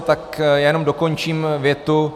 Tak já jenom dokončím větu.